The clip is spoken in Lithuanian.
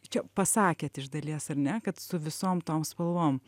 čia pasakėt iš dalies ar ne kad su visom tom spalvom